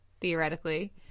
theoretically